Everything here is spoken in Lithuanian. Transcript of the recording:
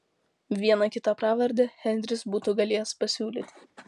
vieną kitą pravardę henris būtų galėjęs pasiūlyti